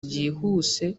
byihuse